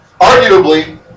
arguably